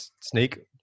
snake